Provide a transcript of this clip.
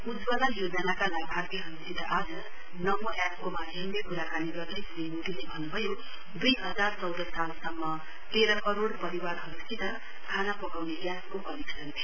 उज्जवला योजनाका लाभार्थीहरूसित आज नमो एप्सको माध्यमले कुराकानी गर्दै श्री मोदीले भन्न् भयो दुई हजार चौध सालसम्म तेह करोड परिवारहरूसित खाना पकाउने ग्यासको कनेक्सन थियो